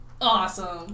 Awesome